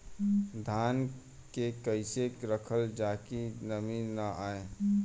धान के कइसे रखल जाकि नमी न आए?